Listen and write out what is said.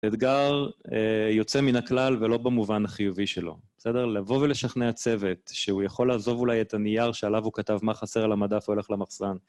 אתגר יוצא מן הכלל ולא במובן החיובי שלו, בסדר? לבוא ולשכנע צוות, שהוא יכול לעזוב אולי את הנייר שעליו הוא כתב מה חסר על המדף והולך למחסן.